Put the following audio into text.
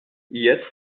jetzt